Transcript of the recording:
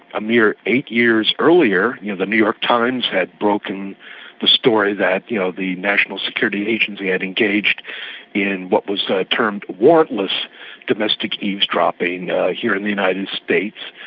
a mere eight years earlier you know the new york times had broken the story that the ah the national security agency had engaged in what was termed warrantless domestic eavesdropping here in the united states.